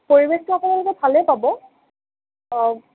পৰিৱেশটো আপোনালোকে ভালেই পাব অঁ